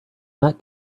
that